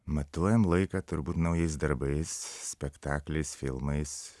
matuojam laiką turbūt naujais darbais spektakliais filmais